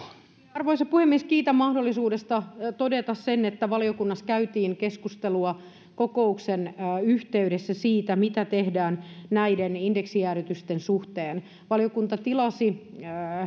arvoisa puhemies kiitän mahdollisuudesta todeta sen että valiokunnassa käytiin keskustelua kokouksen yhteydessä siitä mitä tehdään näiden indeksijäädytysten suhteen valiokunta tilasi